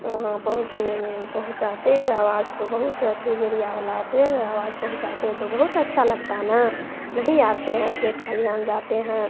वहाँ पहुँचने में पहुंचाते आवाज तो बहुत अथी मीडिया वाला आते हैं आवाज पहुंचाते तो बहुत अच्छा लगता ना नहीं आते हैं खेत खलिहान जाते हैं